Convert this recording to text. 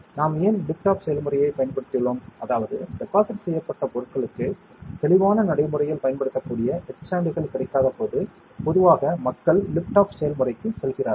நாம் ஏன் lift off செயல்முறையைப் பயன்படுத்தியுள்ளோம் அதாவது டெபாசிட் செய்யப்பட்ட பொருட்களுக்கு தெளிவான நடைமுறையில் பயன்படுத்தக்கூடிய எட்சான்ட்கள் கிடைக்காதபோது பொதுவாக மக்கள் லிஃப்ட் ஆஃப் செயல்முறைக்கு செல்கிறார்கள்